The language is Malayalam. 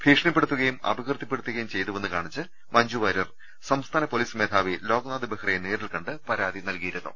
ഭീഷണിപ്പെടുത്തുകയും അപകീർത്തിപ്പെടുത്തുകയും ചെയ്തുവെന്ന് കാണിച്ച് മഞ്ജുവാര്യർ സംസ്ഥാന പൊലീസ് മേധാവി ലോക്നാഥ് ബെഹ്റയെ നേരിൽ കണ്ട് പരാതി നൽകിരുന്നു